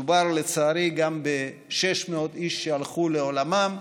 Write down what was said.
מדובר לצערי גם ב-600 איש שהלכו לעולמם,